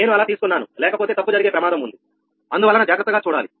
నేను అలా తీసుకున్నాను లేకపోతే తప్పు జరిగే ప్రమాదం ఉంది అందువలన జాగ్రత్తగా చూడాలి